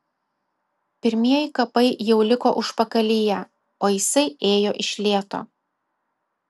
pirmieji kapai jau liko užpakalyje o jisai ėjo iš lėto